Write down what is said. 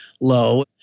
low